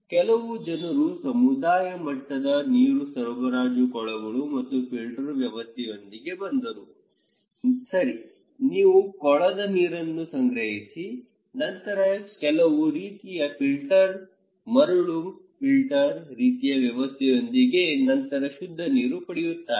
ಕೆಲವು ಜನರು ಸಮುದಾಯ ಮಟ್ಟದ ನೀರು ಸರಬರಾಜು ಕೊಳಗಳು ಮತ್ತು ಫಿಲ್ಟರ್ ವ್ಯವಸ್ಥೆಯೊಂದಿಗೆ ಬಂದರು ಸರಿ ನೀವು ಕೊಳದ ನೀರನ್ನು ಸಂಗ್ರಹಿಸಿ ನಂತರ ಕೆಲವು ರೀತಿಯ ಫಿಲ್ಟರಿಂಗ್ ಮರಳು ಫಿಲ್ಟರ್ ರೀತಿಯ ವ್ಯವಸ್ಥೆಯೊಂದಿಗೆ ನಂತರ ಶುದ್ಧ ನೀರು ಪಡೆಯುತ್ತಾರೆ